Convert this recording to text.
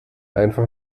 einfach